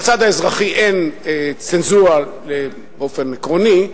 בצד האזרחי אין צנזורה באופן עקרוני,